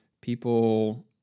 people